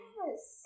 Yes